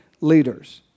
leaders